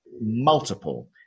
multiple